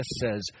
says